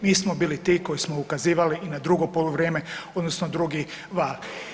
Mi smo bili ti koji smo ukazivali i na drugo poluvrijeme odnosno drugi val.